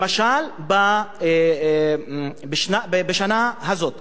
למשל בשנה הזאת,